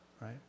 right